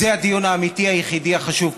זה הדיון האמיתי היחידי החשוב פה.